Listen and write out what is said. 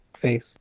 face